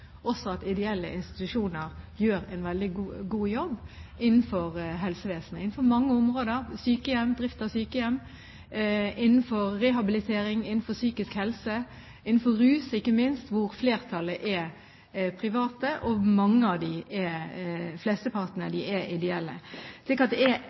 også at ideelle institusjoner gjør en veldig god jobb innenfor mange områder av helsevesenet: drift av sykehjem, rehabilitering, psykisk helse og ikke minst rus, hvor flertallet er private og flesteparten av dem er ideelle. Så det er ikke et spørsmål. Det som virkelig burde bekymre Kristelig Folkeparti i denne saken, er